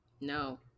no